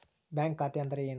Bank ಖಾತೆ ಅಂದರೆ ಏನು?